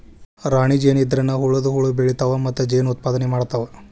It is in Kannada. ರಾಣಿ ಜೇನ ಇದ್ರನ ಉಳದ ಹುಳು ಬೆಳಿತಾವ ಮತ್ತ ಜೇನ ಉತ್ಪಾದನೆ ಮಾಡ್ತಾವ